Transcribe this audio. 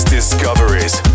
Discoveries